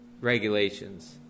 regulations